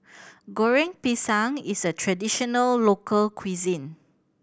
Goreng Pisang is a traditional local cuisine